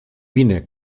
vine